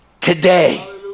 today